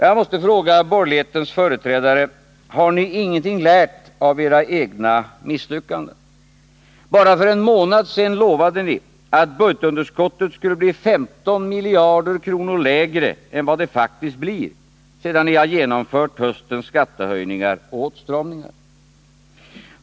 Jag måste fråga borgerlighetens företrädare: Har ni ingenting lärt av era egna misslyckanden? Bara för en månad sedan utlovade ni att budgetunderskottet skulle bli 15 miljarder kronor lägre än vad det faktiskt blir, sedan ni har genomfört höstens skattehöjningar och åtstramningar.